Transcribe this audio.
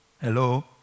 Hello